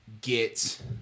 get